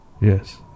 Yes